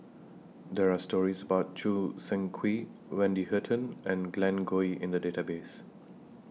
There Are stories about Choo Seng Quee Wendy Hutton and Glen Goei in The Database